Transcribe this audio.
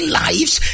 lives